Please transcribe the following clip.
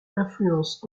influence